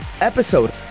episode